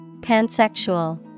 Pansexual